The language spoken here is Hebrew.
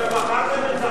זה היה ציטוטים.